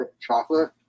Chocolate